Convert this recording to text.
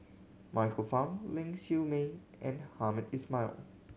Michael Fam Ling Siew May and Hamed Ismail